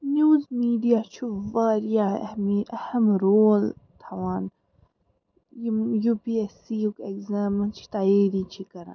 news media چھُ واریاہ اہمی اہم رول تھاوان یِم یوٗ پی ایٚس سی یُک ایٚگزامٕچ تیٲری چھِ کَران